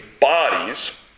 bodies